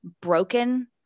broken